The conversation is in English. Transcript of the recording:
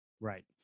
Right